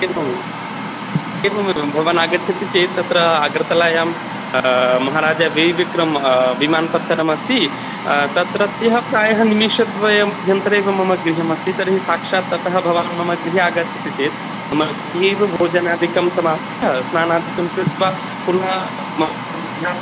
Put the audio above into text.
एवम् एवम् एवं भवान् आगच्छति चेत् तत्र आगर्तलायां महाराजा वीरविक्रमविमानस्थानम् अस्ति ततः प्रायः निमेषद्वयाभ्यन्तरे एव मम गृहम् अस्ति तर्हि साक्षात् ततः भवान् मम गृहे आगच्छति चेत् नाम तत्रैव भोजनादिकं समाप्य स्नानादिकं कृत्वा पुनः मम